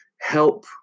help